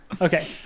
okay